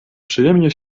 przyjemnie